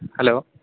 hello